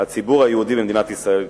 הציבור היהודי במדינת ישראל יתעורר.